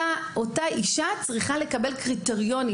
אותה אישה צריכה לקבל קריטריונים,